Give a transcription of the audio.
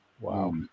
Wow